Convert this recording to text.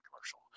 commercial